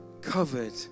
covered